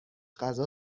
غذا